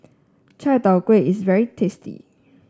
Char Kway Teow is very tasty